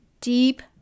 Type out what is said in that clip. deep